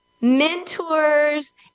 mentors